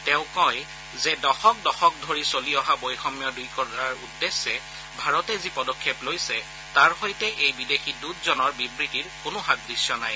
তেওঁ কয় যে দশক দশক ধৰি চলি অহা বৈষম্য দূৰ কৰাৰ উদ্দেশ্যে ভাৰতে যি পদক্ষেপ লৈছে তাৰ সৈতে এই বিদেশী দৃতজনৰ বিবৃতিৰ কোনো সাদৃশ্য নাই